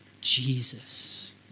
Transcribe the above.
Jesus